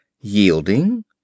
yielding